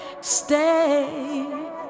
Stay